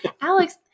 Alex